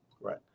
Right